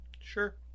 Sure